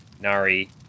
Nari